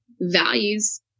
values